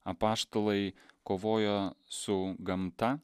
apaštalai kovoja su gamta